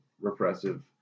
repressive